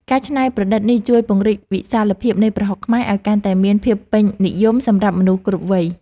ការច្នៃប្រឌិតនេះជួយពង្រីកវិសាលភាពនៃប្រហុកខ្មែរឱ្យកាន់តែមានភាពពេញនិយមសម្រាប់មនុស្សគ្រប់វ័យ។